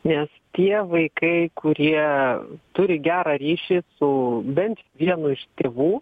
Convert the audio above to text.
nes tie vaikai kurie turi gerą ryšį su bent vienu iš tėvų